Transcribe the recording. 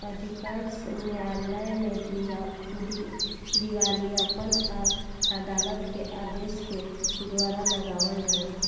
अधिकांश न्यायालय में दिवालियापन अदालत के आदेश के द्वारा लगावल जाला